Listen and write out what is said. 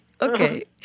Okay